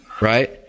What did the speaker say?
right